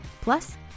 Plus